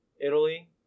Italy